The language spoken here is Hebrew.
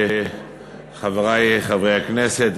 חברי חברי הכנסת,